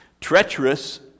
Treacherous